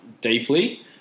deeply